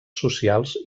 socials